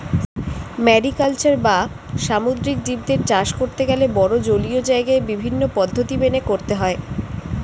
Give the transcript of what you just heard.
mariculture বা সামুদ্রিক জীবদের চাষ করতে গেলে বড়ো জলীয় জায়গায় বিভিন্ন পদ্ধতি মেনে করতে হয়